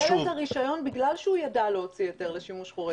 את הרישיון בגלל שהוא ידע להוציא היתר לשימוש חורג.